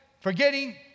forgetting